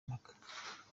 impaka